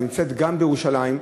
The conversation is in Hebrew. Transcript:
היא נמצאת גם בירושלים,